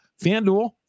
FanDuel